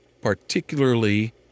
particularly